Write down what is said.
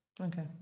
Okay